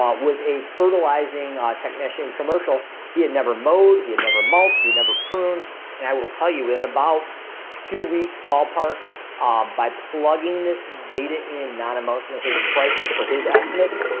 um was a fertilizing ah technician commercial. he had never mowed. he had never mulch he'd never prune and i will tell you in about two weeks ballpark ah by plugging this data in not emotionally his prices for his estimates.